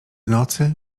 nocy